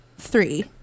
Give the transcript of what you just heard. three